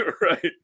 Right